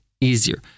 easier